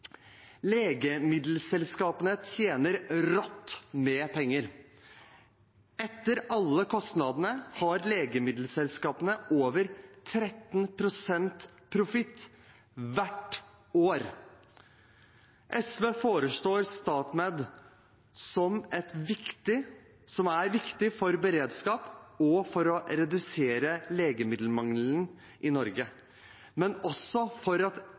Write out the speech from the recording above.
Legemiddelselskapene tjener rått med penger. Etter alle kostnadene har legemiddelselskapene over 13 pst. profitt hvert år. SV foreslår StatMed, som er viktig for beredskap og for å redusere legemiddelmangelen i Norge – men også for at